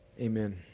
Amen